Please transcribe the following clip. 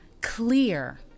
clear